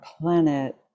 planet